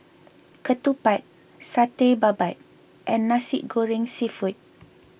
Ketupat Satay Babat and Nasi Goreng Seafood